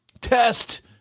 test